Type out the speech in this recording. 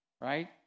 Right